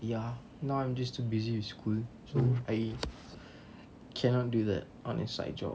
ya now I'm just too busy with school so I cannot do that or inside job